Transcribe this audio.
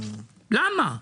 למה?